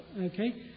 okay